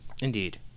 Indeed